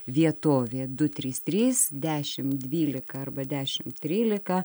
vietovė du trys trys dešim dvylika arba dešim trylika